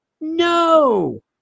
No